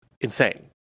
insane